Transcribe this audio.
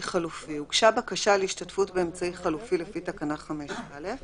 חלופי הוגשה בקשה להשתתפות באמצעי חלופי לפי תקנה 5(א),